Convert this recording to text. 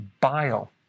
bile